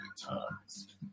times